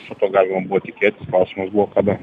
šito galima buvo tikėtis klausimas buvo kada